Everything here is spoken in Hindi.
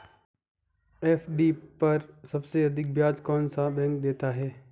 एफ.डी पर सबसे अधिक ब्याज कौन सा बैंक देता है?